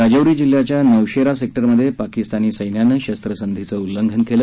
राजौरी जिल्ह्याच्या नौशेरा सेक्टरमध्ये पाकिस्तानी सम्र्यानं शस्त्रसंधीचं उल्लंघन केलं